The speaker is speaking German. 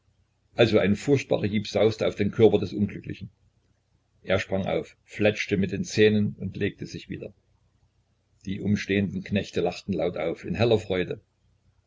also ein furchtbarer hieb sauste auf den körper des unglücklichen er sprang auf fletschte mit den zähnen und legte sich wieder die umstehenden knechte lachten laut auf in heller freude